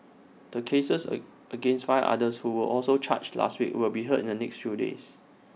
the cases A against five others who were also charged last week will be heard in the next few days